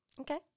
Okay